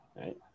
right